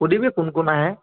সুধিবি কোন কোন আহে